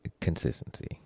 consistency